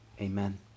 Amen